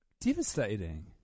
devastating